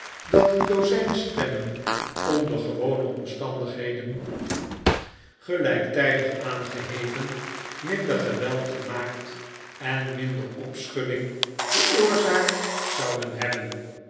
dat een dozijn sfemmen onder gewone omstandigheden gelijktijdig aangeheven minder geweld gemaakt en minder opschudding veroorzaakt zouden hebben